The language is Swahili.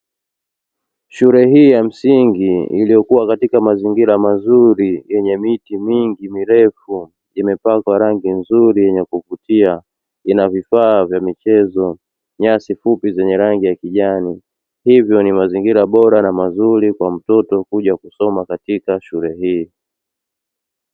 Shule hii ya msingi iliyokuwa katika mazingira mazuri yenye miti mingi mirefu, imepakwa rangi nzuri yenye kuvutia; ina vifaa vya michezo, nyasi fupi zenye rangi ya kijani, hivyo ni mazingira bora na mazuri kwa mtoto kuja kusoma katika shule hii.